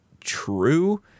true